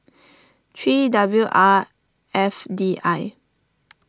three W R F D I